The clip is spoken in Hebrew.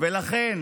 ולכן